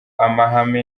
amahame